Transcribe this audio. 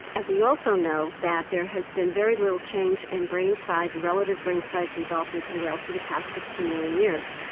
and we also know that there has been very little change in brain size, relative brain size in dolphins and whales for the past fifteen million years.